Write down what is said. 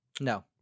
No